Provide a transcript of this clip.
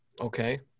Okay